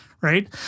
Right